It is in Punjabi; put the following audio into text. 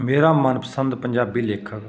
ਮੇਰਾ ਮਨਪਸੰਦ ਪੰਜਾਬੀ ਲੇਖਕ